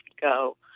go